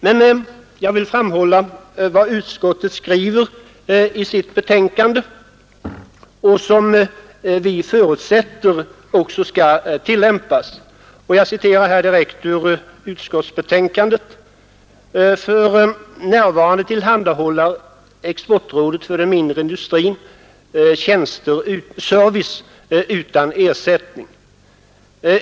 Men jag vill framhålla vad utskottet skriver i sitt betänkande, ty vi förutsätter att det också skall tillämpas. Jag citerar direkt ur utskottets betänkande: ”För närvarande tillhandahåller exportrådet för den mindre industrin service utan ersättning.